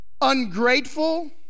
Ungrateful